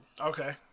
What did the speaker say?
Okay